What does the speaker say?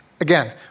again